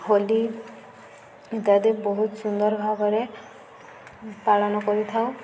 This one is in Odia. ହୋଲି ଇତ୍ୟାଦି ବହୁତ ସୁନ୍ଦର ଭାବରେ ପାଳନ କରିଥାଉ